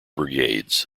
brigades